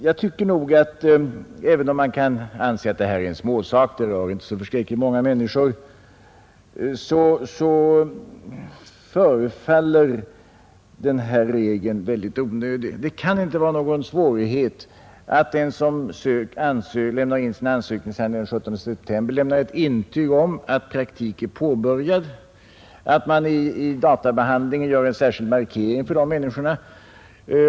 Även om man anser att det här rör sig om en liten sak och att frågan inte är aktuell för så förskräckligt många människor, så förefaller ändå den regel som här finns mycket onödig. Det kan inte vara någon svårighet med att den som sänder in sina ansökningshandlingar den 17 september lämnar intyg om att praktik är påbörjad och att det i databehandlingen görs en särskild markering för dem.